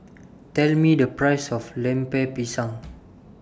Tell Me The Price of Lemper Pisang